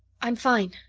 i'm fine,